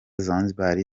zanzibar